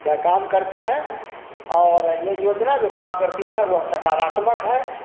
का काम करती है और ये योजना जो काम करती हैं वह सकारात्मक है